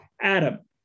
Adam